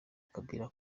kabila